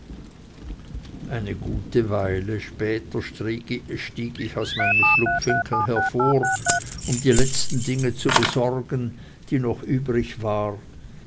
eine gute weile später stieg ich auch aus meinem schlupfwinkel hervor um die letzten dinge zu besorgen die noch übrig waren